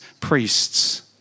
priests